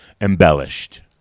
embellished